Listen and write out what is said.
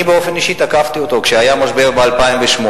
אני באופן אישי תקפתי אותו כשהיה משבר ב-2008,